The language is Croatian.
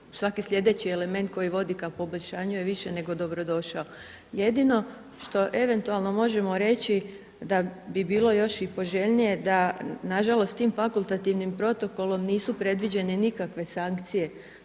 svaki sljedeći element koji vodi ka poboljšanju je više nego dobrodošao. Jedino što eventualno možemo reći da bi bilo još i poželjnije da na žalost tim fakultativnim protokolom nisu predviđene nikakve sankcije